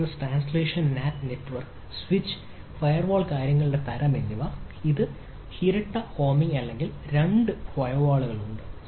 ആ ഫയർവാൾ അല്ലെങ്കിൽ 2 ഫയർവാളുകൾ ഉണ്ട്